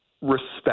respect